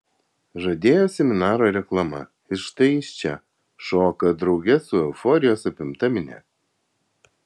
žadėjo seminaro reklama ir štai jis čia šoka drauge su euforijos apimta minia